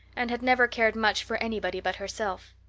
and had never cared much for anybody but herself.